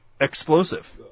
explosive